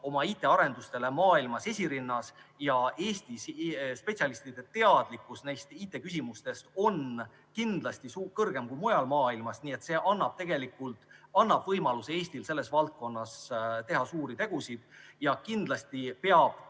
oma IT‑arendustele maailmas esirinnas ja Eesti spetsialistide teadlikkus neis IT‑küsimustes on kindlasti suurem kui mujal maailmas. See annab Eestile võimaluse teha selles valdkonnas suuri tegusid. Kindlasti peab